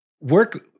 Work